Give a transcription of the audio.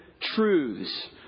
truths